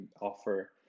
offer